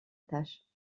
tâche